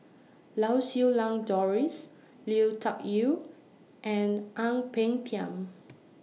Lau Siew Lang Doris Lui Tuck Yew and Ang Peng Tiam